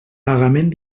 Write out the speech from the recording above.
pagament